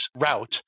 route